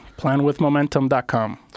planwithmomentum.com